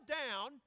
down